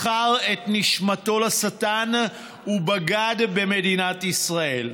מכר את נשמתו לשטן ובגד במדינת ישראל.